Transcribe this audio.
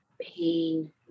pain